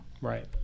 Right